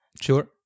Sure